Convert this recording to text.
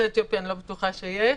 יוצאי אתיופיה, אני לא בטוחה שיש.